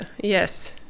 Yes